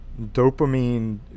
dopamine